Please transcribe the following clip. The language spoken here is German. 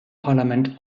parlament